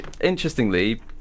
interestingly